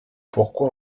pourquoi